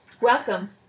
Welcome